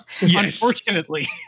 Unfortunately